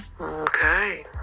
okay